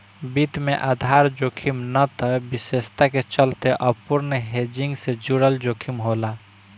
वित्त में आधार जोखिम ना त विशेषता के चलते अपूर्ण हेजिंग से जुड़ल जोखिम होला